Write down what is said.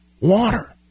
water